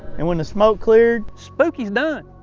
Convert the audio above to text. and when the smoke cleared, spooky's done!